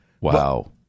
wow